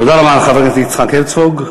תודה רבה לחבר הכנסת יצחק הרצוג.